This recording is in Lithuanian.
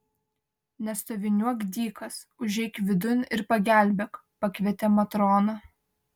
nestoviniuok dykas užeik vidun ir pagelbėk pakvietė matrona